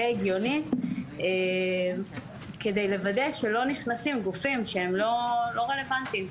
הגיונית כדי לוודא שלא נכנסים גופים שהם לא רלוונטיים,